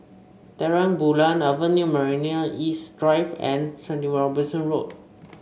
Terang Bulan Avenue Marina East Drive and Seventy One Robinson Road